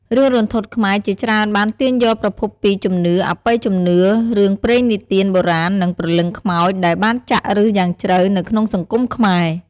រឿងរន្ធត់ខ្មែរជាច្រើនបានទាញយកប្រភពពី ជំនឿ អបិយជំនឿ រឿងព្រេងនិទានបុរាណ និងព្រលឹងខ្មោច ដែលបានចាក់ឫសយ៉ាងជ្រៅនៅក្នុងសង្គមខ្មែរ។